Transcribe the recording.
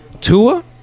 Tua